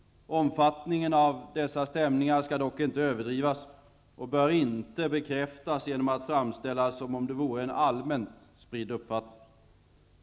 Omfattningen av dessa stämningar skall dock inte överdrivas och bör inte bekräftas genom att framställas som om de vore allmänt spridda.